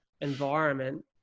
environment